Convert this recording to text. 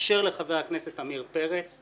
אשר לחבר הכנסת עמיר פרץ,